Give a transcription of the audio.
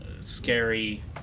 scary